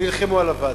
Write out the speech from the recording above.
נלחמו על הוואדי.